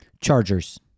Chargers